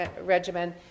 regimen